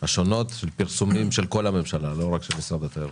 השונות של פרסומים של כל הממשלה לא רק של משרד התיירות.